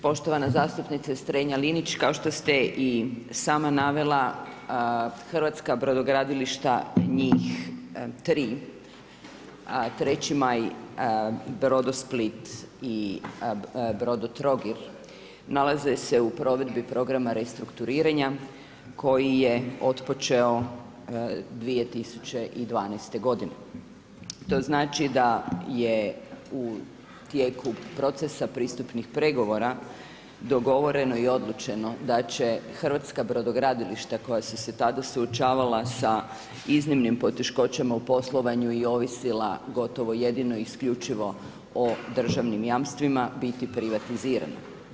Poštovana zastupnice Strenja Linić, kao što ste i sama navela, hrvatska brodogradilišta, njih 3. Maj, Brodosplit i Brodotrogir, nalaze se u provedbi programa restrukturiranja, koji je otpočeo 2012. g. To znači da je u tijeku procesa pristupnih pregovora dogovoreno i odlučeno da će hrvatska brodogradilišta koja su se tada suočavala sa iznimnim poteškoćama u poslovanju i ovisila gotovo jedino i isključivo o državnim jamstvima, biti privatizirana.